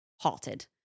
halted